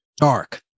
dark